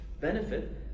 benefit